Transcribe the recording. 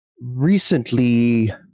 recently